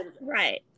Right